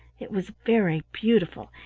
it was very beautiful,